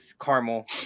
caramel